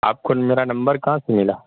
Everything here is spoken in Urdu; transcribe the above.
آپ کو میرا نمبر کہاں سے ملا